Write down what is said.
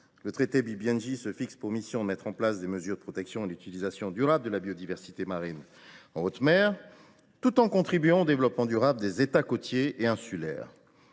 Le traité BBNJ se fixe pour mission de mettre en place des mesures de protection et d’utilisation durable de la biodiversité marine en haute mer, tout en contribuant au développement durable des États côtiers et insulaires.